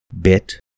bit